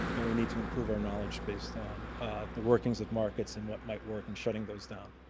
and we need to improve our knowledge based on the workings of markets and what might work in shutting those down.